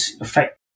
affect